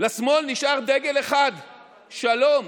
לשמאל נשאר דגל אחד: שלום.